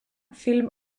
film